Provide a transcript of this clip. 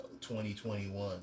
2021